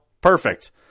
Perfect